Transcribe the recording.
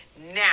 now